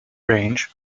range